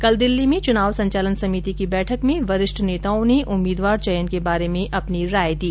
कल दिल्ली में चुनाव संचालन समिति की बैठक में वरिष्ठ नेताओं ने उम्मीदवार चयन के बारे में अपनी राय दी